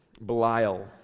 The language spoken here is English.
Belial